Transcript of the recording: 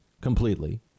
completely